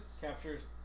Captures